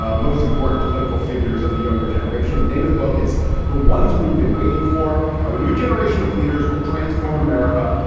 ah most important political figures of the younger generation. name of the book is the ones we've been waiting for. how a new generation of leaders will transform america.